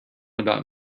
about